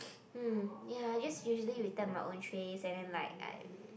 mm ya just usually return my own trays and then like I